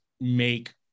make